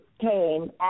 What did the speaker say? came